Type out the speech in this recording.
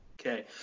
okay